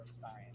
science